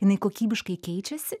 jinai kokybiškai keičiasi